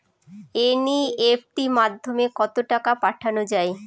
NEFT মাধ্যমে কত টাকা পাঠানো যায়?